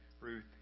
Ruth